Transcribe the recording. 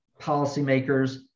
policymakers